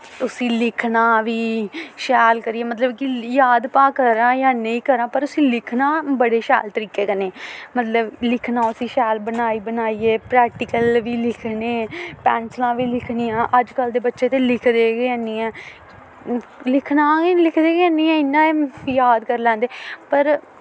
उस्सी लिखना बी शैल करियै मतलब कि याद भाएं करां जां नेईं करां पर उस्सी लिखना बड़े शैल तरीके कन्नै मतलब लिखना उस्सी शैल बनाई बनाइयै प्रैक्टिकल बी लिखने पैंसलां बी लिखनियां अजकल्ल दे बच्चे ते लिखदे गै हैन्नी ऐं लिखना केह् लिखदे गै हैन्नी ऐ इन्ना एह् याद करी लैंदे पर